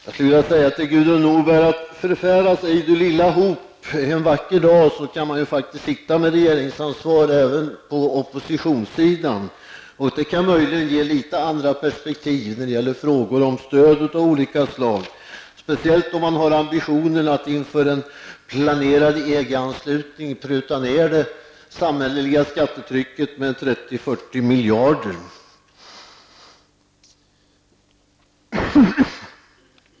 Jag skulle vilja säga till Gudrun Norberg: Förfäras ej, du lilla hop! En vacker dag kan även ni på oppositionssidan sitta med regeringsansvar. Det kan möjligen ge litet andra perspektiv när det gäller frågor om stöd av olika slag, speciellt om man har ambitionen att inför den planerade EG-anslutningen pruta ned det samhällelliga skattetrycket med 30--40 miljarder.